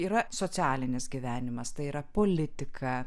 yra socialinis gyvenimas tai yra politika